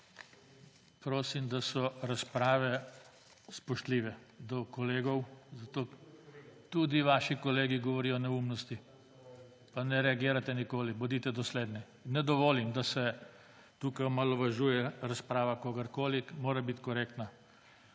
prosim, da so razprave spoštljive do kolegov. / oglašanje iz dvorane/ Tudi vaši kolegi govorijo neumnosti, pa ne reagirate nikoli. Bodite dosledni! Ne dovolim, da se tukaj omalovažuje. Razprava kogarkoli mora biti korektna.